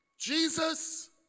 Jesus